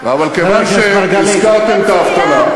אבל כיוון שהזכרתם את האבטלה,